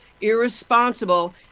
irresponsible